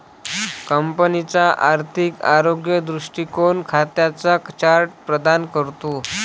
कंपनीचा आर्थिक आरोग्य दृष्टीकोन खात्यांचा चार्ट प्रदान करतो